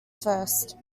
first